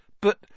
But